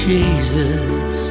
Jesus